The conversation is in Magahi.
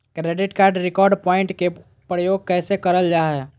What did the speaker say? क्रैडिट कार्ड रिवॉर्ड प्वाइंट के प्रयोग कैसे करल जा है?